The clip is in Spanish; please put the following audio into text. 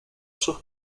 sus